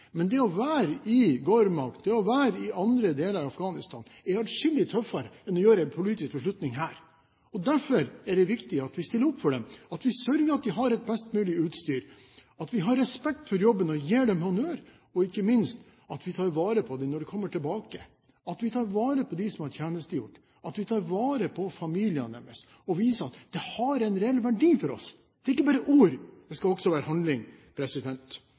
men det å være i Ghowrmach, det å være i andre deler av Afghanistan, er atskillig tøffere enn å ta en politisk beslutning her. Derfor er det viktig at vi stiller opp for dem, at vi sørger for at de har best mulig utstyr, at vi har respekt for jobben deres og gir dem honnør, og ikke minst at vi tar vare på dem når de kommer tilbake, at vi tar vare på dem som har tjenestegjort, at vi tar vare på familiene deres og viser at det har en reell verdi for oss. Det skal ikke bare være ord, det skal også være handling.